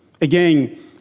Again